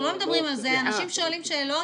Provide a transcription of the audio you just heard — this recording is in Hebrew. אנחנו לא מדברים על זה, אנשים שואלים שאלות.